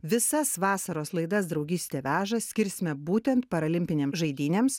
visas vasaros laidas draugystė veža skirsime būtent paralimpinėm žaidynėms